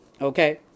Okay